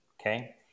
okay